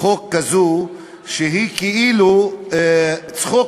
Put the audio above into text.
חוק כזאת, שהיא כאילו צחוק